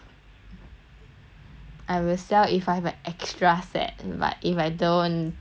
I will sell if I have a extra set um but if I don't too bad I better keep the collectible